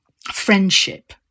friendship